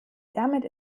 damit